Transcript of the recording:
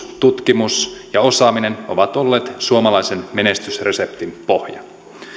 tutkimus ja osaaminen ovat olleet suomalaisen menestysreseptin pohja